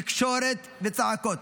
תקשורת, וצעקות.